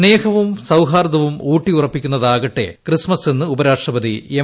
സ്നേഹവും സൌഹാർദ്ദവും ഊട്ടിയുറപ്പാക്കുന്നതാകട്ടെ ക്രിസ്മസെന്ന് ഉപരാഷ്ട്രപതി എം